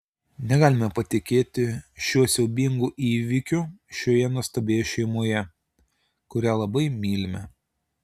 negalime patikėti šiuo siaubingu įvykiu šioje nuostabioje šeimoje kurią labai mylime